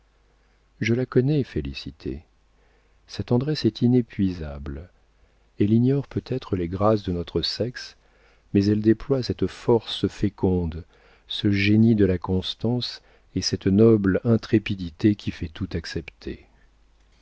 je la connais félicité sa tendresse est inépuisable elle ignore peut-être les grâces de notre sexe mais elle déploie cette force féconde ce génie de la constance et cette noble intrépidité qui fait tout accepter